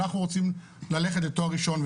אנחנו רוצים ללכת לתואר ראשון,